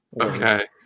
Okay